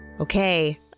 Okay